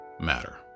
matter